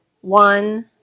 one